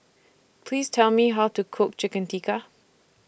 Please Tell Me How to Cook Chicken Tikka